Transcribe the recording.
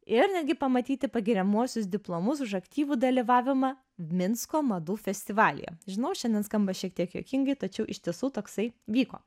ir netgi pamatyti pagiriamuosius diplomus už aktyvų dalyvavimą minsko madų festivalyje žinau šiandien skamba šiek tiek juokingai tačiau iš tiesų toksai vyko